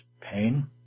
pain